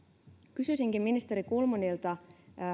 kysyisinkin ministeri kulmunilta